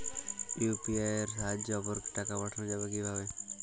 UPI এর সাহায্যে অপরকে টাকা পাঠানো যাবে কিভাবে?